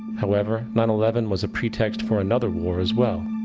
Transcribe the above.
however, nine eleven was a pretext for another war as well.